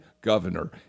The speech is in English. governor